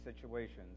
situations